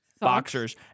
boxers